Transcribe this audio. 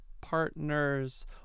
partners